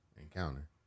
encounter